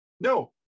no